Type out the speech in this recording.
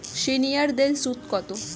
সিনিয়ারদের সুদ কত?